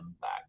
back